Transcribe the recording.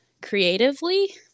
creatively